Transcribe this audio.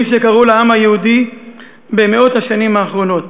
שקרו לעם היהודי במאות השנים האחרונות.